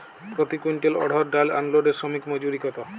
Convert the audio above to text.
প্রতি কুইন্টল অড়হর ডাল আনলোডে শ্রমিক মজুরি কত?